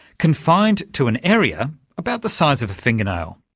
confined to an area about the size of a fingernail.